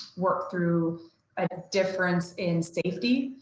work through a difference in safety.